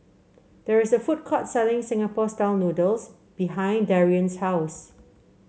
there is a food court selling Singapore style noodles behind Darion's house